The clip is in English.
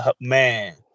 Man